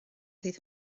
ddydd